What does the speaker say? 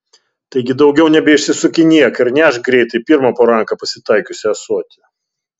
taigi daugiau nebeišsisukinėk ir nešk greitai pirmą po ranka pasitaikiusį ąsotį